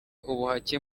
ubuhake